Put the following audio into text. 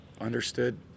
understood